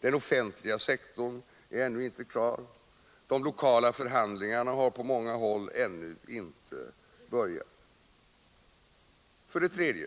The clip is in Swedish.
Den offentliga sektorn är ännu inte klar. De lokala förhandlingarna har på många håll ännu inte börjat. 3.